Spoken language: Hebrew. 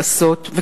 לעשות,